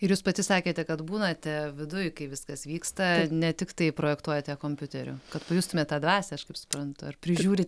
ir jūs pati sakėte kad būnate viduj kai viskas vyksta ne tiktai projektuojate kompiuteriu kad pajustumėt tą dvasią aš kaip suprantu ar prižiūrit